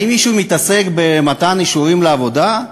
האם מישהו מתעסק במתן אישורים לעבודה?